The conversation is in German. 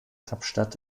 kapstadt